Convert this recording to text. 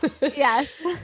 Yes